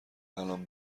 الان